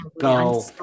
go